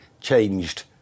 changed